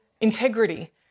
integrity